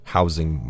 Housing